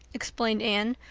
explained anne,